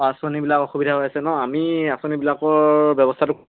আঁচনিবিলাক অসুবিধা হৈ আছে ন আমি আঁচনিবিলাকৰ ব্যৱস্থাটো